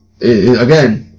again